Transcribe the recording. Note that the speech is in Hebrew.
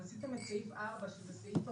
עשיתם את סעיף 4, שזה סעיף הפטור,